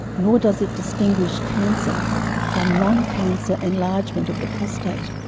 nor does it distinguish cancer from non-cancer enlargement of the prostate.